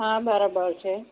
હા બરાબર છે